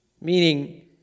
Meaning